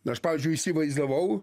aš pavyzdžiui įsivaizdavau